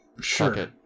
Sure